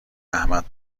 احمد